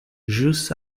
ĵus